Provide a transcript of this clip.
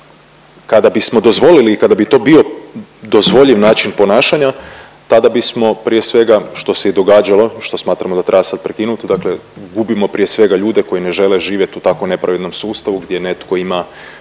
kada bismo dozvolili i kada bi to bio dozvoljiv način ponašanja, tada bismo prije svega što se i događalo, što smatramo da treba sad prekinut, dakle gubimo prije svega ljude koji ne žele živjeti u tako nepravednom sustavu gdje netko ima